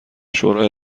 شوری